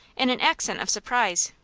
in an accent of surprise.